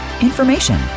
information